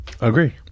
Agree